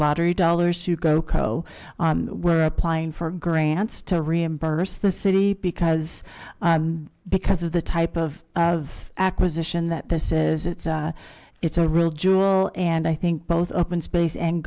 lottery dollars to go co were applying for grants to reimburse the city because because of the type of acquisition that the says it's a it's a real jewel and i think both open space and